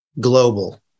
global